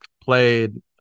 played